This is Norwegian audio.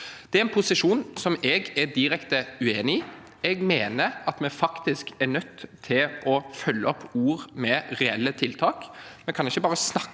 Det er en posisjon jeg er direkte uenig i. Jeg mener at vi faktisk er nødt til å følge opp ord med reelle tiltak.